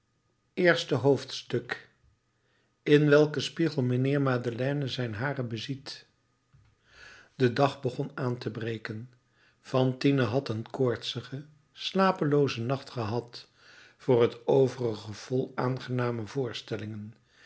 eerste hoofdstuk in welken spiegel mijnheer madeleine zijn haren beziet de dag begon aan te breken fantine had een koortsigen slapeloozen nacht gehad voor t overige vol aangename voorstellingen